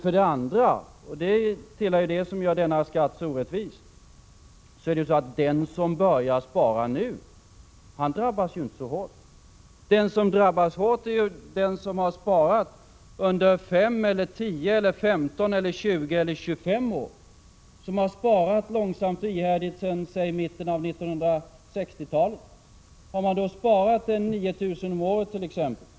För det andra — och det är detta som gör skatten så orättvis: Den som börjar spara nu drabbas inte så hårt. Den som drabbas hårt är den som sparat under de senaste 5—25 åren, den som sparat långsamt och ihärdigt sedan mitten av 1960-talet. Har man sparat 9 000 om året, så har man byggt upp ett — Prot.